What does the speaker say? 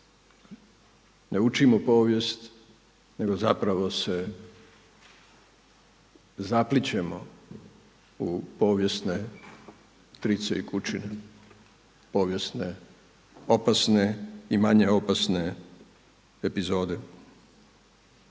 Ne učimo povijest nego zapravo se zaplićemo u povijesne trice i kučine povijesne, opasne i manje opasne epizode.